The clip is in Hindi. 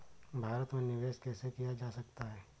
भारत में निवेश कैसे किया जा सकता है?